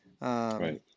Right